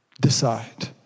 Decide